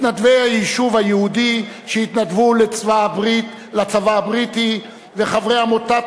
מתנדבי היישוב היהודי שהתנדבו לצבא הבריטי וחברי עמותת